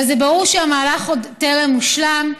אבל ברור שהמהלך טרם הושלם.